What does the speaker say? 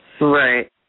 Right